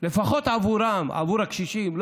לפחות עבורם, עבור הקשישים.